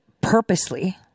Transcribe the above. purposely